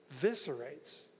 viscerates